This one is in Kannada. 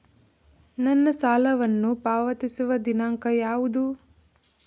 ನನ್ನ ಸಾಲವನ್ನು ಪಾವತಿಸುವ ದಿನಾಂಕ ಯಾವುದು?